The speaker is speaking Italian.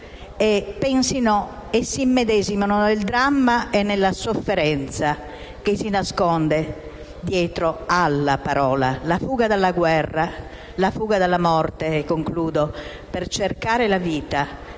pensino e si immedesimino nel dramma e nella sofferenza che si nasconde dietro alla parola. La fuga dalla guerra e dalla morte per cercare la vita